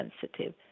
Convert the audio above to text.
sensitive